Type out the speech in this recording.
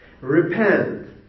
Repent